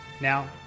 Now